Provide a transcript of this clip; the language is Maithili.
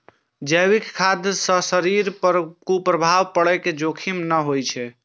जैविक खाद्य सं शरीर पर कुप्रभाव पड़ै के जोखिम नै होइ छै